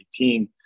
2018